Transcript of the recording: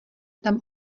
tam